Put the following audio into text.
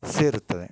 ಸೇರುತ್ತದೆ